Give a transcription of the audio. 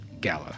gala